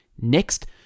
Next